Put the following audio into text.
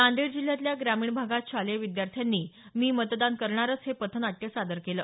नांदेड जिल्ह्यातल्या ग्रामीण भागात शालेय विद्यार्थ्यांनी मी मतदान करणारच हे पथनाट्य सादर केलं